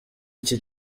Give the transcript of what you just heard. iki